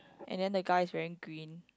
and then the guy's wearing green